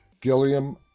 Gilliam